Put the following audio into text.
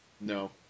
No